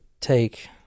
take